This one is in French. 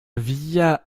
via